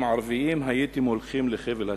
ערביים הייתם הולכים לחבל התלייה,